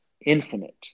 infinite